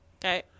okay